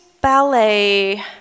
ballet